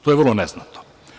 To je vrlo neznatno.